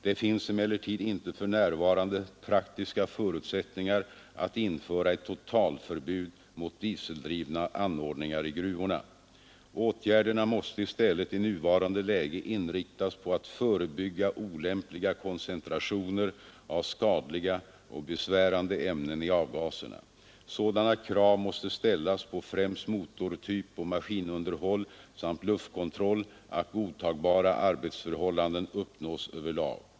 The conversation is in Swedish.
Det finns emellertid inte för närvarande praktiska förutsättningar att införa ett totalförbud mot dieseldrivna anordningar i gruvorna. Åtgärderna måste i stället i nuvarande läge inriktas på att förebygga olämpliga koncentrationer av skadliga och besvärande ämnen i avgaserna. Sådana krav måste ställas på främst motortyp och maskinunderhåll samt luftkontroll, att godtagbara arbetsförhållanden uppnås över lag.